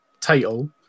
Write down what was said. title